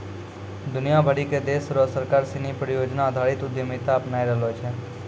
दुनिया भरी के देश र सरकार सिनी परियोजना आधारित उद्यमिता अपनाय रहलो छै